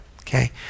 okay